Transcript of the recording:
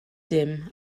dim